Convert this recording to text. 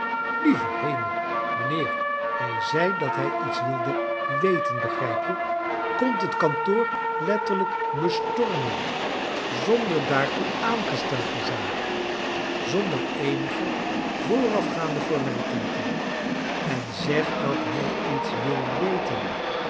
lieve heme mijnheer hij zei dat hij iets wilde weten begrijp je komt het kantoor letter lijk bestormen j zonder daartoe aangesteld te zijn zon der eenige voorafgaande formaliteii ten en zegt dat hij iets wil weten